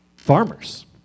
Farmers